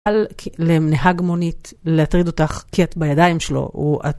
על... לנהג מונית, להטריד אותך, כי את בידיים שלו. הוא, את...